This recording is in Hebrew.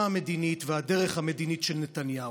המדינית והדרך המדינית של נתניהו.